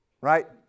right